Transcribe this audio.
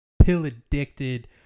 pill-addicted